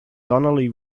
donnelly